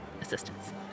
assistance